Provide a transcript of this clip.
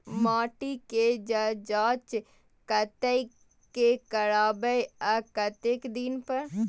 माटी के ज जॉंच कतय से करायब आ कतेक दिन पर?